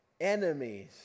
enemies